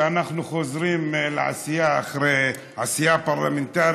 שאנחנו חוזרים לעשייה פרלמנטרית,